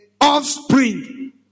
offspring